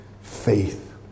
faith